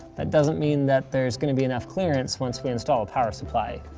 that doesn't mean that there's gonna be enough clearance once we install a power supply.